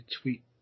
tweet